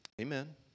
Amen